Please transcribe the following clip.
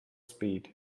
speed